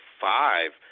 five